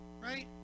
right